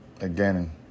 again